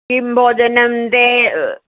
किं भोजनं ते